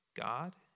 God